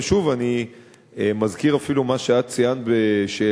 ושוב, אני מזכיר אפילו מה שאת ציינת בשאלתך.